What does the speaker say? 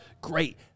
Great